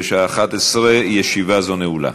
בשעה 11:00. ישיבה זו נעולה.